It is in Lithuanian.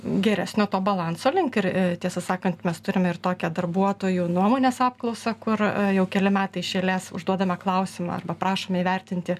geresnio to balanso link ir tiesą sakant mes turime ir tokią darbuotojų nuomonės apklausą kur jau keli metai iš eilės užduodame klausimą arba prašome įvertinti